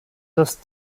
dass